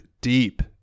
deep